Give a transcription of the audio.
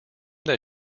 that